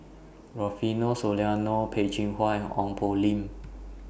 Rufino Soliano Peh Chin Hua and Ong Poh Lim